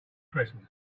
christmas